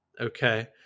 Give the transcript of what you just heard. Okay